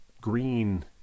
green